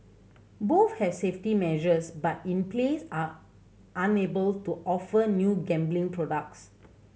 both have safety measures but in place are unable to offer new gambling products